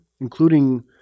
including